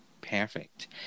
Perfect